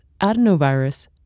adenovirus